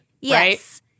Yes